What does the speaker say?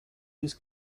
his